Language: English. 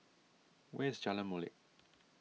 where is Jalan Molek